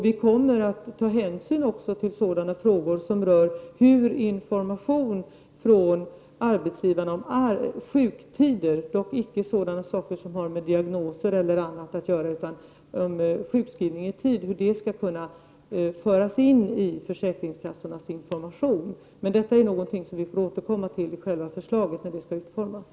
Vi kommer att ta hänsyn också till sådana frågor som rör hur information från arbetsgivarna om sjukskrivningstider — dock inte sådant som har med diagnoser eller annat att göra — skall kunna föras in i försäkringskassornas information. Men detta är någonting som vi får återkomma till när själva förslaget skall utformas.